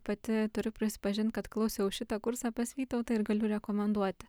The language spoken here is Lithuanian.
pati turiu prisipažint kad klausiau šitą kursą pas vytautą ir galiu rekomenduoti